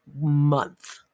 month